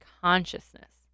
consciousness